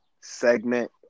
segment